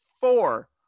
four